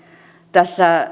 tässä